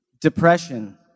Depression